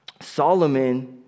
Solomon